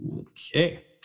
Okay